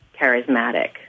charismatic